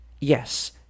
Yes